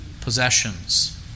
possessions